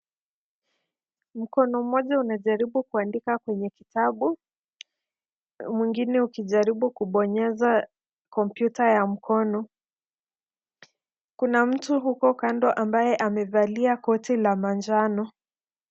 Mkono moja umejaribu kuandika kwenye kitabu, mwingine ukijaribu kubonyeza kompyuta ya mkono . Kuna mtu huko kando ambaye amevalia koti la manjano .